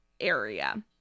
area